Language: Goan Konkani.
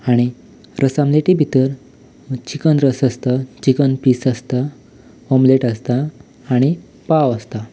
आनी रस आमलेटी भितर चिकन रस आसता चिकन पीस आसता ऑमलेट आसता आनी पाव आसता